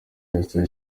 yasoje